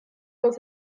dans